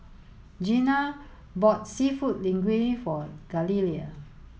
Jeanna bought Seafood Linguine for Galilea